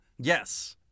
Yes